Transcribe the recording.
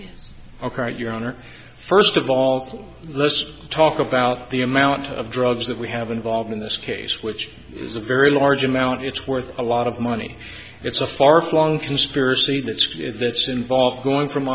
car your honor first of all let's talk about the amount of drugs that we have involved in this case which is a very large amount it's worth a lot of money it's a far flung conspiracy that's good that's involved going from